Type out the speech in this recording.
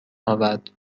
آورد